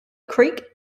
creek